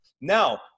Now